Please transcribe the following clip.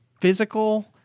physical